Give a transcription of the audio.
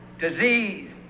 disease